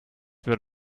für